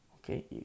Okay